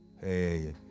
Hey